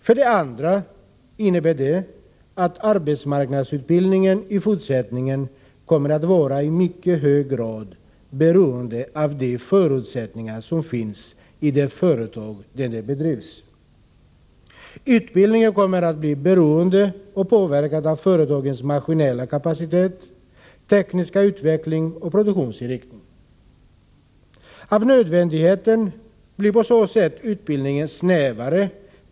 För det andra innebär det att arbetsmarknadsutbildningen i fortsättningen i mycket hög grad kommer att vara beroende av de förutsättningar som finns i det företag där utbildningen bedrivs. Utbildningen kommer att bli beroende av och den kommer även att påverkas av företagens maskinella kapacitet, tekniska utveckling och produktionsinriktning. Nödvändigtvis blir utbildningen på det sättet snävare.